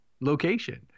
location